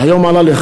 תודה רבה.